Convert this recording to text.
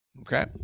Okay